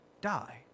die